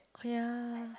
oh ya